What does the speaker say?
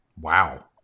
Wow